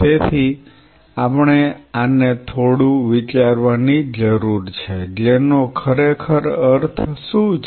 તેથી આપણે આને થોડું વિચારવાની જરૂર છે જેનો ખરેખર અર્થ શું છે